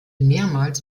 mehrmals